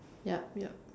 yup yup